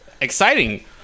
exciting